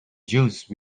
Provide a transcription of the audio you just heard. juice